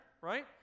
right